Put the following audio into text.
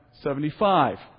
seventy-five